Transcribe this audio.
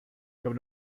come